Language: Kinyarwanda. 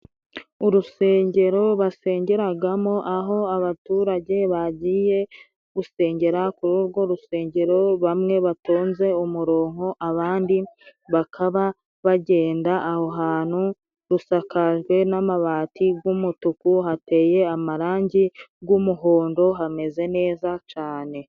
Urusengero basengeragamo aho abaturage, bagiye gusengera kuri urwo rusengero bamwe batonze umurongonko, abandi bakaba bagenda aho hantu rusakajwe n'amabati nk'umutuku hateye amarangi, bw'umuhondo hameze neza cane.